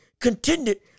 contended